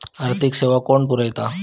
आर्थिक सेवा कोण पुरयता?